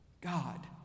God